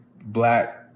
black